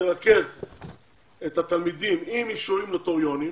תרכז את התלמידים עם אישורים נוטריונים,